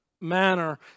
manner